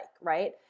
right